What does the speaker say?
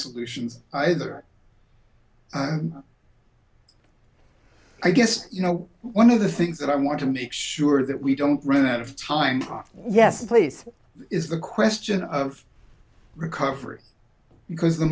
solutions either i guess you know one of the things that i want to make sure that we don't run out of time yes a place is the question of recovery because